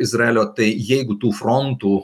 izraelio tai jeigu tų frontų